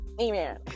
Amen